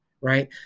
right